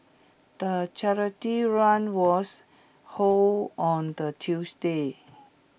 the charity run was hold on the Tuesday